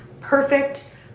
perfect